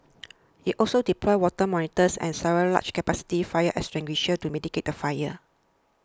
it also deployed water monitors and several large capacity fire extinguishers to mitigate the fire